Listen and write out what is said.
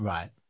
Right